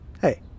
hey